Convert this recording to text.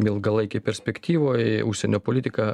ilgalaikėj perspektyvoj užsienio politiką